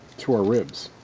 to our ribs.